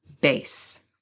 base